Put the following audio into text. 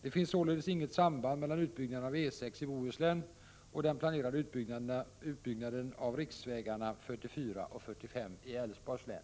Det finns således inget samband mellan utbyggnaden av väg E 6 i Bohuslän och den planerade utbyggnaden av riksvägarna 44 och 45 i Älvsborgs län.